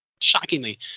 shockingly